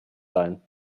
sein